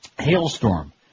hailstorm